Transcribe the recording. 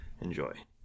Enjoy